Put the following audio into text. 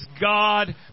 God